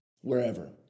wherever